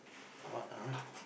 what ah